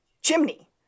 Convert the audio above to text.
Chimney